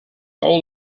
all